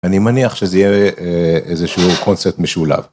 אני מניח שזה יהיה איזה שהוא קונספט משולב.